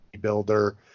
builder